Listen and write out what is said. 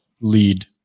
lead